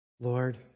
Lord